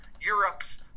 Europe's